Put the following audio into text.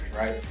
right